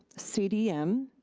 cdm,